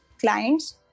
clients